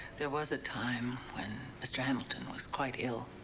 there was a time when mr. hamilton was quite ill.